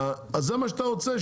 אז זה מה שאתה רוצה?